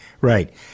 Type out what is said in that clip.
right